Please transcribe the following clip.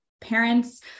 parents